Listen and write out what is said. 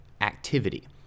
activity